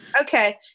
Okay